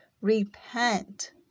repent